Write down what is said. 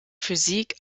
physik